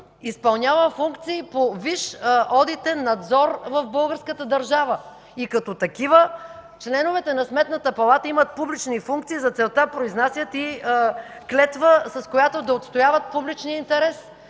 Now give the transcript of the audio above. изпълнява функции по висш одитен надзор в българската държава. Като такива членовете на Сметната палата имат публични функции. За целта произнасят клетва, с която да отстояват публичния интерес.